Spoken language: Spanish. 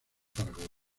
zaragoza